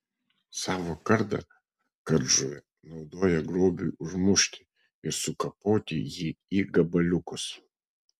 savo kardą kardžuvė naudoja grobiui užmušti ir sukapoti jį į gabaliukus